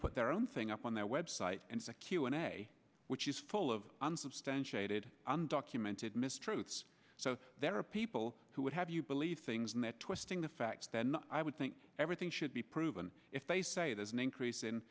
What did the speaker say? put their own thing up on their website and secu in a which is full of unsubstantiated undocumented mistruths so there are people who would have you believe things and they're twisting the facts then i would think everything should be proven if they say there's an increase in